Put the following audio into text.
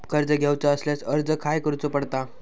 कर्ज घेऊचा असल्यास अर्ज खाय करूचो पडता?